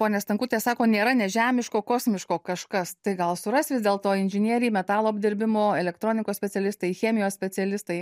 ponia stankutė sako nėra nežemiško kosmiško kažkas tai gal suras vis dėlto inžinieriai metalo apdirbimo elektronikos specialistai chemijos specialistai